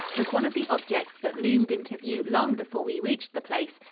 was one of the objects that loomed into view long before we reached the place,